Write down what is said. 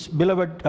beloved